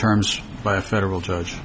terms of federal judge